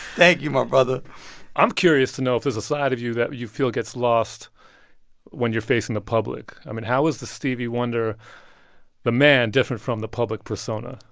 thank you, my brother i'm curious to know if there's a side of you that you feel gets lost when you're facing the public. i mean, how is the stevie wonder the man different from the public persona?